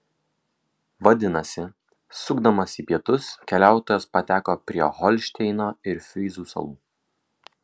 vadinasi sukdamas į pietus keliautojas pateko prie holšteino ir fryzų salų